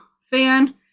fan